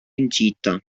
incinta